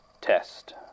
Test